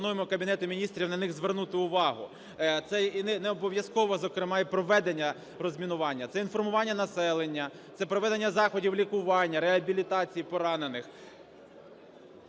ми пропонуємо Кабінету Міністрів на них звернути увагу. Це і не обов'язково, зокрема і проведення розмінування, – це інформування населення, це проведення заходів лікування, реабілітації поранених.